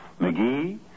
McGee